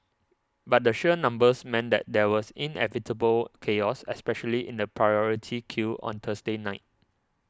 but the sheer numbers meant that there was inevitable chaos especially in the priority queue on Thursday night